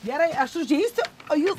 gerai aš užeisiu o jūs